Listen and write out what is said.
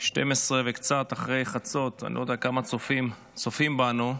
24:00 וקצת, אני לא יודע כמה צופים צופים בנו,